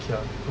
okay lah